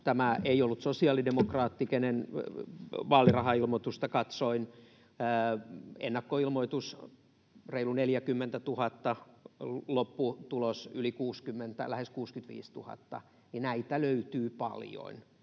tämä ei ollut sosiaalidemokraatti, kenen vaalirahailmoitusta katsoin: ennakkoilmoitus reilu 40 000, lopputulos yli 60 000, lähes 65 000. Ja näitä löytyy paljon.